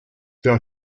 there